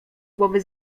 głowy